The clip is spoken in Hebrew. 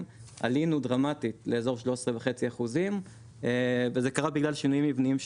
עלינו דרמטית לאזור 13.5% וזה קרה בגלל שינויים מבניים,